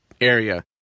area